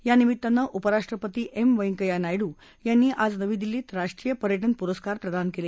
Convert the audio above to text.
यानिमित्तानं उपराष्ट्रपती व्यंकय्या नायडू यांनी आज नवी दिल्लीत राष्ट्रीय पर्यटन पुरस्कार प्रदान केले